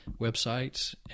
websites